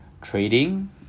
trading